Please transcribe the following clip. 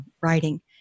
writing